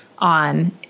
on